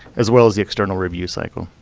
as well as the external review cycle.